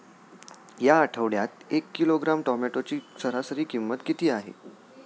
या आठवड्यात एक किलोग्रॅम टोमॅटोची सरासरी किंमत किती आहे?